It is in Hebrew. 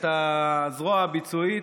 את הזרוע הביצועית.